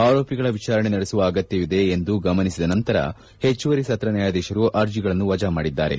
ಆರೋಪಿಗಳ ವಿಚಾರಣೆ ನಡೆಸುವ ಅಗತ್ಯವಿದೆ ಎಂದು ಗಮನಿಸಿದ ನಂತರ ಹೆಚ್ಚುವರಿ ಸುತ್ರ ನ್ಯಾಯಾದೀಶರು ಅರ್ಜಿಗಳನ್ನು ವಜಾ ಮಾಡಿದ್ದಾರೆ